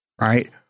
right